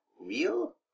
real